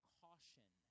caution